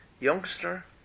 youngster